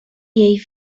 jej